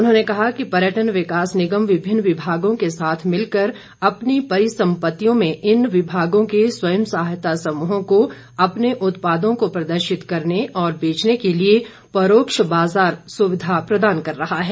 उन्होंने कहा कि पर्यटन विकास निगम विभिन्न विभागों के साथ मिलकर अपनी परिसम्पत्तियों में इन विभागों के स्वयं सहायता समूहों को अपने उत्पादों को प्रदर्शित करने और बेचने के लिए परोक्ष बाजार सुविधा प्रदान कर रहा है